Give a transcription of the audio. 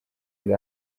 ngo